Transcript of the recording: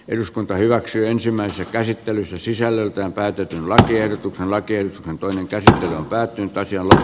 eduskunta hyväksyy ensimmäisessä käsittelyssä sisällöltään päätetyn lakiehdotuksen lakien toisen kerran päätyi taisi olla